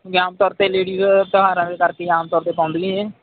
ਵੀ ਆਮ ਤੌਰ 'ਤੇ ਲੇਡੀਜ ਤਿਉਹਾਰਾਂ ਦੇ ਕਰਕੇ ਆਮ ਤੌਰ 'ਤੇ ਪਾਉਂਦੀਆਂ ਨੇ